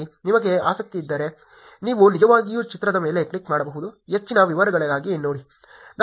ನಿಮಗೆ ಆಸಕ್ತಿ ಇದ್ದರೆ ನೀವು ನಿಜವಾಗಿಯೂ ಚಿತ್ರದ ಮೇಲೆ ಕ್ಲಿಕ್ ಮಾಡಬಹುದು ಹೆಚ್ಚಿನ ವಿವರಗಳಿಗಾಗಿ ನೋಡಿ